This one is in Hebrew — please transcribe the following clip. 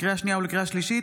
לקריאה השנייה ולקריאה השלישית: